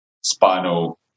spinal